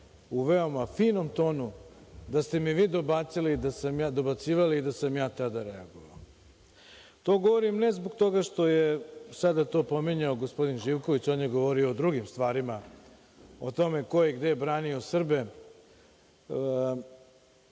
u veoma finom tonu, da ste mi vi dobacili i da sam ja tada reagovao. To govorim ne zbog toga što je sada to pominjao gospodin Živković. On je govorio o drugim stvarima o tome ko je gde branio Srbe.